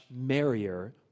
merrier